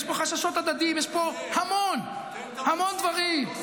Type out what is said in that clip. ויש פה חששות הדדיים, ויש פה המון המון דברים.